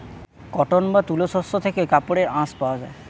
cotton বা তুলো শস্য থেকে কাপড়ের আঁশ পাওয়া যায়